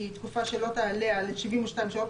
היא תקופה שלא תעלה על 72 שעות,